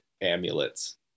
amulets